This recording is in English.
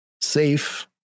safe